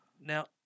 Now